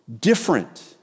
different